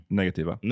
negativa